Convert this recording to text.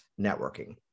networking